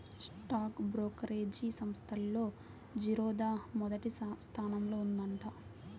stock brokerage సంస్థల్లో జిరోదా మొదటి స్థానంలో ఉందంట